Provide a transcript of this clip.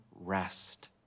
rest